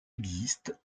existe